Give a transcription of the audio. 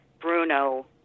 Bruno